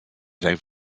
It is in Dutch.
zijn